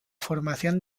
formación